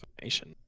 information